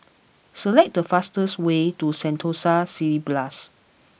select the fastest way to Sentosa Cineblast